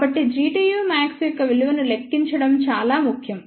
కాబట్టి Gtu max యొక్క విలువను లెక్కించడం చాలా ముఖ్యం